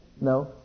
No